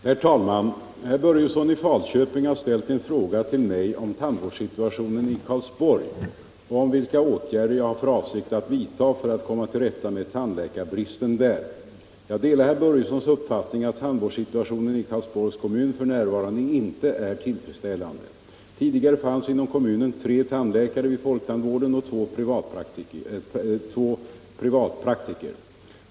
Herr talman! Herr Börjesson i Falköping har ställt en fråga till mig om tandvårdssituationen i Karlsborg och om vilka åtgärder jag har för avsikt att vidta för att komma till rätta med tandläkarbristen där. Jag delar herr Börjessons uppfattning att tandvårdssituationen i Karlsborgs kommun f. n. inte är tillfredsställande. Tidigare fanns inom kommunen tre tandläkare vid folktandvården och två privatpraktiker.